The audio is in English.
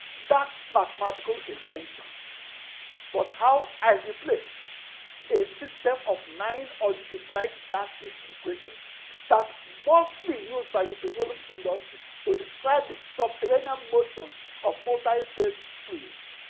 that mathematical invention was how i replaced a system of nine algebraic darcy's equations that must be used by the petroleum industry to describe the subterranean motions of multi-phased fluids.